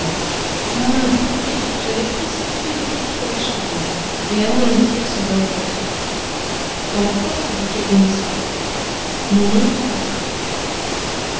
d'une main fébrile j'allais précipiter le tout sur les charbons et anéantir ce dangereux secret quand la porte du cabinet s'ouvrit mon oncle parut